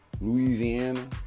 Louisiana